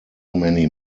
many